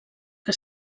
que